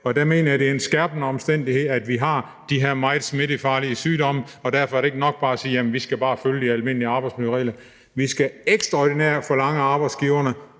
Der mener jeg, det er en skærpende omstændighed, at vi har de her meget smittefarlige sygdomme, og derfor er det ikke nok bare at sige: Jamen vi skal bare følge de almindelige arbejdsmiljøregler. Vi skal ekstraordinært forlange af arbejdsgiverne